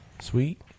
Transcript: Sweet